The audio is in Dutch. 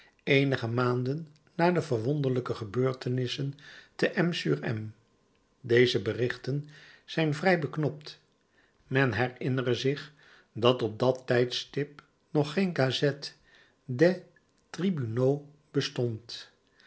eenige maanden na de verwonderlijke gebeurtenissen te m sur m deze berichten zijn vrij beknopt men herinnere zich dat op dat tijdstip nog geen gazette des tribunaux bestond